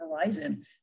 horizon